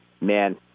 man